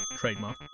trademark